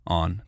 on